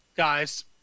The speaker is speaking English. guys